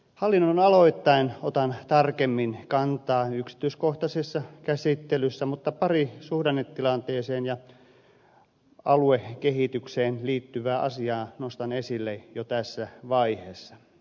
hallinnonaloittain otan tarkemmin asioihin kantaa yksityiskohtaisessa käsittelyssä mutta pari suhdannetilanteeseen ja aluekehitykseen liittyvää asiaa nostan esille jo tässä vaiheessa